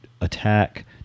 attack